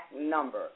number